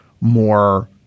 more